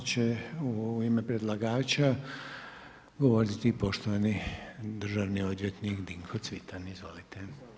Sada će u ime predlagača, govoriti poštovani državni odvjetnik Dinko Cvitan, izvolite.